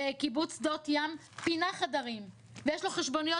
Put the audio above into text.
וקיבוץ שדות ים פינה חדרים ויש לו חשבוניות